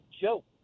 joke